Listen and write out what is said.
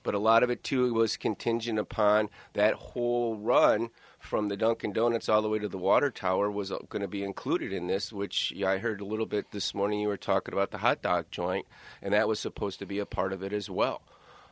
but a lot of it too was contingent upon that whole run from the dunkin donuts all the way to the water tower was going to be included in this which i heard a little bit this morning you were talking about the hot dog joint and that was supposed to be a part of it as well